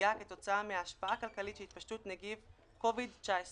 נפגעה כתוצאה מההשפעה הכלכלית של התפשטות נגיף covid-19".